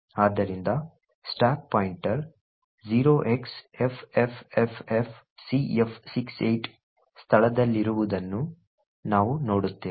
ಆದ್ದರಿಂದ stack pointer 0xffffcf68 ಸ್ಥಳದಲ್ಲಿರುವುದನ್ನು ನಾವು ನೋಡುತ್ತೇವೆ